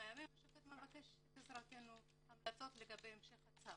ימים השופט מבקש עזרתנו בהמלצות לגבי המשך הצו,